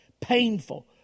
painful